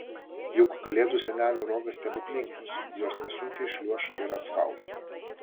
juk kalėdų senelio rogės stebuklingos jos nesunkiai šliuoš ir asfaltu